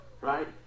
right